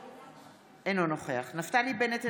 אינו נוכח נפתלי בנט,